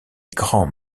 grands